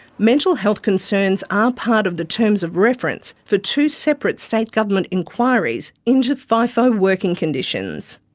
mental health concerns are part of the terms of reference for two separate state government inquiries into fifo working conditions.